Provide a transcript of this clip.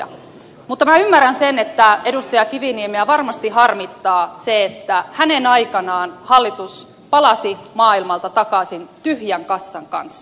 mutta minä ymmärrän sen että edustaja kiviniemeä varmasti harmittaa se että hänen aikanaan hallitus palasi maailmalta takaisin tyhjän kassan kanssa